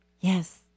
yes